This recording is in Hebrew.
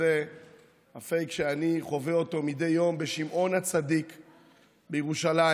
וזה הפייק שאני חווה מדי יום בשמעון הצדיק בירושלים,